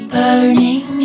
burning